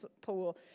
pool